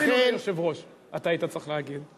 אפילו ליושב-ראש, היית צריך להגיד.